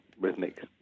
rhythmic